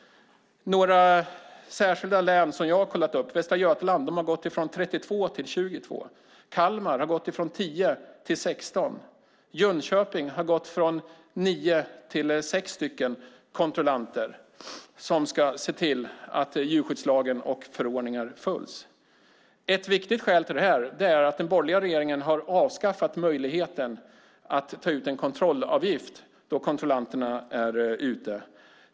Några särskilda län som jag har kollat upp är Västra Götaland som har gått från 32 till 22, Kalmar som har gått från 10 till 6 och Jönköping som har gått från 9 till 6 kontrollanter som ska se till att djurskyddslagen och förordningar följs. Ett viktigt skäl till det här är att den borgerliga regeringen har avskaffat möjligheten att ta ut en kontrollavgift då kontrollanterna är ute.